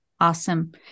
Awesome